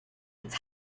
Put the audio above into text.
its